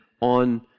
on